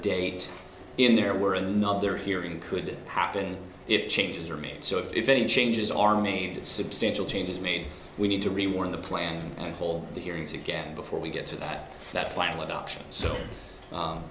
date in there were another hearing could happen if changes are made so if any changes are made substantial changes made we need to reward the plan and whole the hearings again before we get to that that flamel adoption so